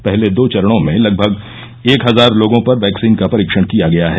पहले दो चरणों में लगभग एक हजार लोगों पर वैक्सीन का परीक्षण किया गया है